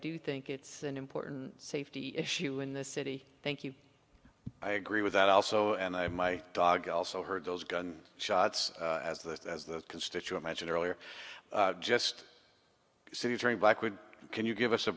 do think it's an important safety issue in the city thank you i agree with that also and i my dog also heard those gun shots as that as the constituent mentioned earlier just city during blackwood can you give us a